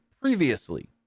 previously